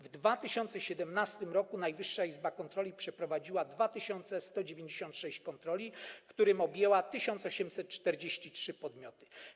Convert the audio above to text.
W 2017 r. Najwyższa Izba Kontroli przeprowadziła 2196 kontroli, które objęły 1843 podmioty.